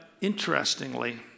interestingly